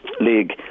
League